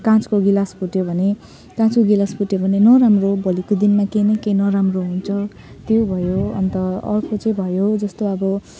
काँचको ग्लास फुट्यो भने काँचको ग्लास फुट्यो भने नराम्रो भोलिको दिनमा केही न केही नराम्रो हुन्छ त्यो भयो अन्त अर्को चाहिँ भयो जस्तो अब